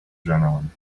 adrenaline